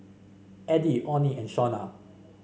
Addie Onnie and Shonna